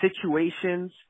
situations